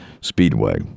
Speedway